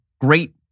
great